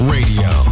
Radio